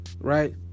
Right